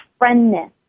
friendness